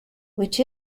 which